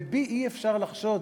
ובי אי-אפשר לחשוד